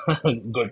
good